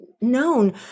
known